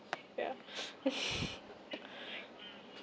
yeah